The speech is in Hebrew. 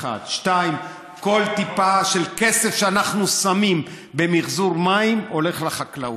2. כל טיפה של כסף שאנחנו שמים במחזוּר מים הולך לחקלאות,